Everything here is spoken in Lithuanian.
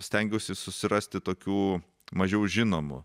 stengiuosi susirasti tokių mažiau žinomų